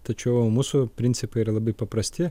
tačiau mūsų principai yra labai paprasti